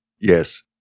Yes